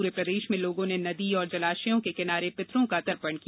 पूरे प्रदेश में लोगों ने नदी और जलाशयों के किनारे पितरों का तर्पण किया